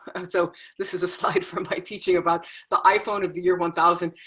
and so this is a slide from my teaching about the iphone of the year, one thousand.